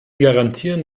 garantieren